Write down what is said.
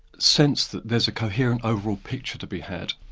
sense that there's a coherent overall picture to be had.